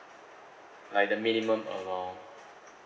like the minimum amount